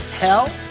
hell